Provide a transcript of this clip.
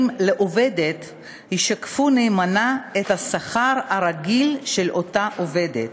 לעובדת ישקפו נאמנה את השכר הרגיל של אותה עובדת,